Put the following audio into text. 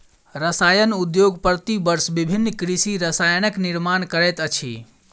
रसायन उद्योग प्रति वर्ष विभिन्न कृषि रसायनक निर्माण करैत अछि